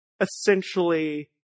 essentially